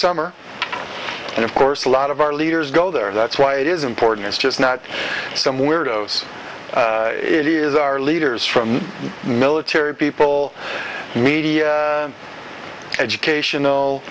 summer and of course a lot of our leaders go there that's why it is important it's just not some weirdos it is our leaders from military people media educational